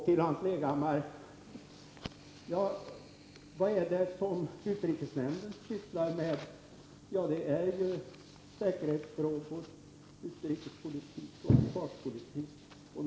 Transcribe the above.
Till Hans Leghammar vill jag säga följande. Vad är det utrikesnämnden sysslar med? Det är utrikespolitiska och försvarspolitiska säkerhetsfrågor.